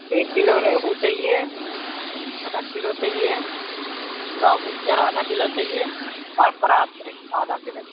ایک کلو ریہو چاہیے آدھا کلو چاہیے باوسچر آدھا کلو چاہیے فراچ آدھا کلو چاہیے